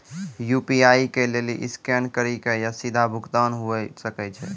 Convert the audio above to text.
UPI के लेली scan करि के या सीधा भुगतान हुये सकै छै